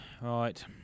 Right